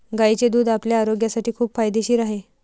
गायीचे दूध आपल्या आरोग्यासाठी खूप फायदेशीर आहे